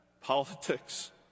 politics